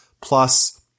plus